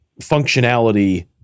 functionality